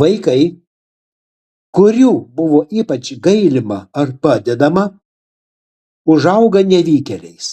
vaikai kurių buvo ypač gailima ar padedama užauga nevykėliais